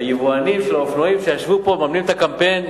היבואנים של האופנוענים שישבו פה מממנים את הקמפיין,